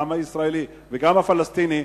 גם הישראלי וגם הפלסטיני,